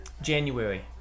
January